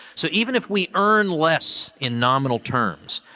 so, even if we earn less in nominal terms,